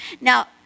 Now